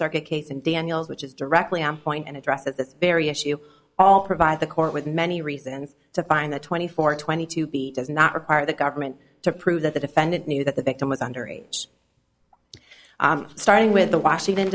circuit case in daniels which is directly on point and addresses this very issue all provide the court with many reasons to find that twenty four twenty two does not require the government to prove that the defendant knew that the victim was under age starting with the washington